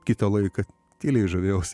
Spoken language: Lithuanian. kitą laiką tyliai žavėjaus